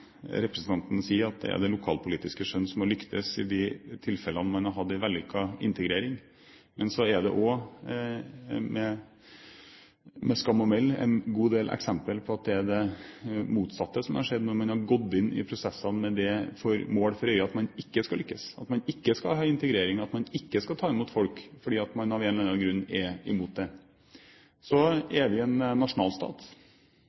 lyktes i de tilfellene man har hatt en vellykket integrering. Men så er det – med skam å melde – også en god del eksempler på at det er det motsatte som har skjedd når man har gått inn i prosessene med det mål for øyet at man ikke skal lykkes, at man ikke skal ha integrering, at man ikke skal ta imot folk, fordi man av en eller annen grunn er imot det.